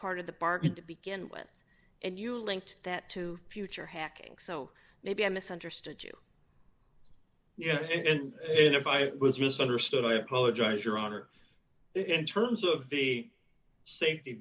part of the bargain to begin with and you linked that to future hacking so maybe i misunderstood you yes and if i was misunderstood i apologize your honor in terms of the safety